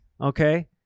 Okay